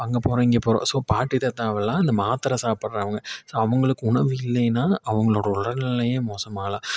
அங்கே போகிறோம் இங்கே போகிறோம் ஸோ பாட்டி தாத்தாவெல்லாம் இந்த மாத்திர சாப்பிட்றவங்க ஸோ அவங்களுக்கு உணவு இல்லைன்னா அவங்களோட உடல்நிலையும் மோசமாகலாம்